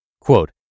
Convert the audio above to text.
Quote